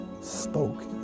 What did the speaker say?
spoke